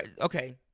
okay